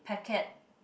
packet